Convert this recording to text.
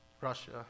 Russia